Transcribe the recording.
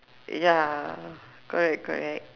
ya correct correct